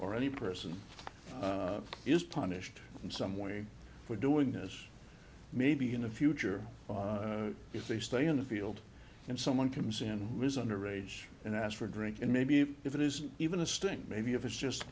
or any person is punished in some way for doing this maybe in the future if they stay in the field and someone comes in who is under age and ask for a drink and maybe if it is even a sting maybe if it's just